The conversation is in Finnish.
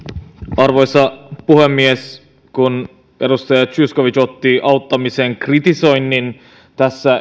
arvoisa puhemies kun edustaja zyskowicz otti auttamisen kritisoinnin tässä